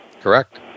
Correct